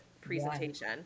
presentation